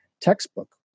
textbook